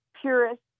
purist